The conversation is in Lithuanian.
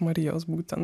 marijos būtent